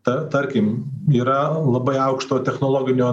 ta tarkim yra labai aukšto technologinio